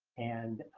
and